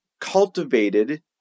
cultivated